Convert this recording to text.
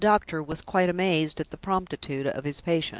the doctor was quite amazed at the promptitude of his patient.